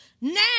Now